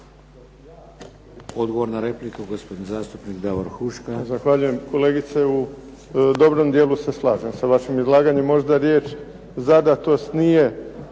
Odgovor na repliku, gospodin zastupnik Davor Huška.